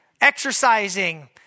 exercising